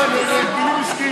אני אוציא אותך, להגבלים עסקיים.